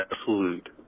absolute